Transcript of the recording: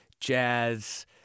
jazz